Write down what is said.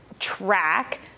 track